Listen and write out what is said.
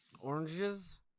Oranges